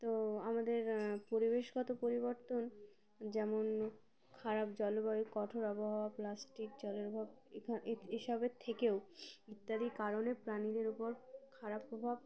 তো আমাদের পরিবেশগত পরিবর্তন যেমন খারাপ জলবায়ু কঠোর আবহাওয়া প্লাস্টিক জলের অভাব এখানে এসবের থেকেও ইত্যাদি কারণে প্রাণীদের ও উপর খারাপ প্রভাব